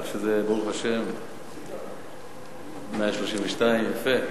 כך שזה, ברוך השם, 132. יפה.